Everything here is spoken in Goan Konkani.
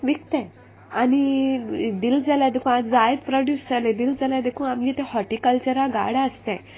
विकताय आनी दील जाल्यार देखून आतां जायत प्रोड्यूस जाल्याय दील जाल्यार देखून आमगे ते हॉटिकल्चरा गाड आसताय